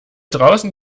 draußen